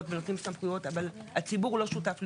ונותנים סמכויות אבל הציבור לא שותף לזה.